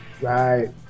Right